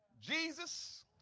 Jesus